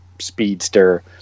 speedster